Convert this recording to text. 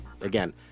again